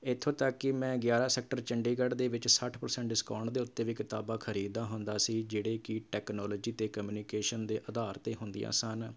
ਇੱਥੋਂ ਤੱਕ ਕਿ ਮੈਂ ਗਿਆਰਾਂ ਸੈਕਟਰ ਚੰਡੀਗੜ੍ਹ ਦੇ ਵਿੱਚ ਸੱਠ ਪਰਸੈਂਟ ਡਿਸਕਾਉਂਟ ਦੇ ਉੱਤੇ ਵੀ ਕਿਤਾਬਾਂ ਖਰੀਦਦਾ ਹੁੰਦਾ ਸੀ ਜਿਹੜੇ ਕਿ ਟੈਕਨੋਲੋਜੀ ਅਤੇ ਕਮਿਉਨੀਕੇਸ਼ਨ ਦੇ ਆਧਾਰ 'ਤੇ ਹੁੰਦੀਆਂ ਸਨ